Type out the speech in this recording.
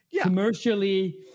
commercially